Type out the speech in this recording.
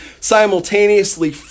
simultaneously